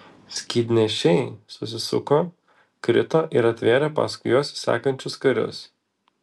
skydnešiai susisuko krito ir atvėrė paskui juos sekančius karius